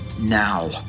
Now